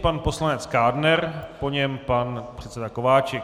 Pan poslanec Kádner, po něm pan předseda Kováčik.